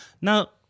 Now